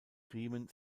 riemen